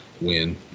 win